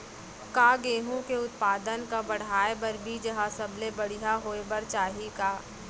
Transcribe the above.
का गेहूँ के उत्पादन का बढ़ाये बर बीज ह सबले बढ़िया होय बर चाही का?